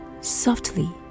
Softly